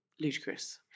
Ludicrous